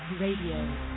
Radio